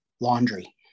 laundry